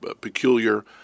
peculiar